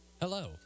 Hello